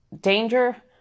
danger